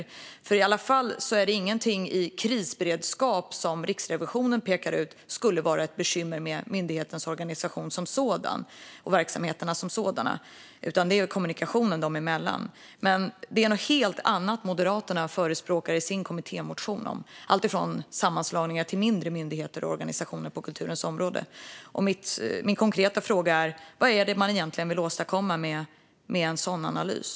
Det är i alla fall ingenting med krisberedskap som Riksrevisionen pekar ut skulle vara ett bekymmer med myndigheters organisation som sådan och verksamheterna som sådana, utan det är kommunikationen dem emellan. Men det är något helt annat som Moderaterna förespråkar i sin kommittémotion - allt från sammanslagningar till färre myndigheter och organisationer på kulturens område. Min konkreta fråga är vad man egentligen vill åstadkomma med en sådan analys.